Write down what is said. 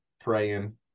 praying